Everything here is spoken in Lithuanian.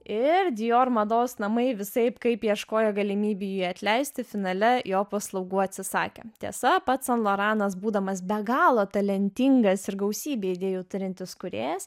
ir dijor mados namai visaip kaip ieškojo galimybių jį atleisti finale jo paslaugų atsisakė tiesa pats san loranas būdamas be galo talentingas ir gausybę idėjų turintis kūrėjas